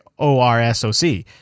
ORSOC